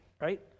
right